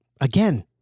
again